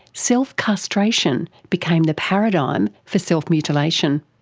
self-castration became the paradigm for self-mutilation.